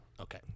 Okay